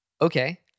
Okay